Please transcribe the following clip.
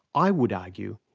i would argue,